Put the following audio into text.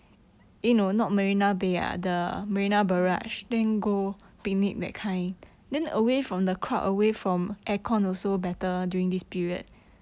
marina bay